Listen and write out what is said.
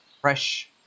fresh